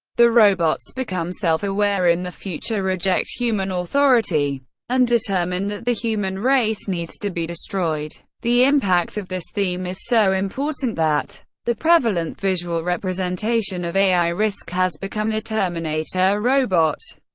the robots become self-aware in the future, reject human authority and determine that the human race needs to be destroyed. the impact of this theme is so important that the prevalent visual representation of ai risk has become the terminator robot.